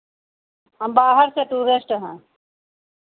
हम बाहर से टूरिस्ट हैं